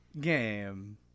game